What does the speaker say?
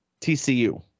TCU